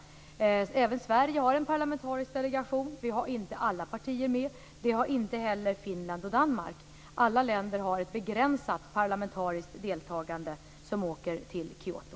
Även Sverige har en parlamentarisk delegation. Vi har inte alla partier med i delegationen. Det har inte heller Finland och Danmark. Alla länder kommer att ha ett begränsat parlamentariskt deltagande i Kyoto.